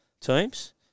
teams